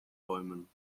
bäumen